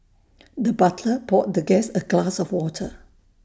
the butler poured the guest A glass of water